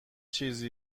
چیز